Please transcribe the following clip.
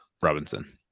Robinson